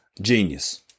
Genius